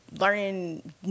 learning